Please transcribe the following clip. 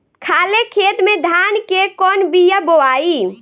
खाले खेत में धान के कौन बीया बोआई?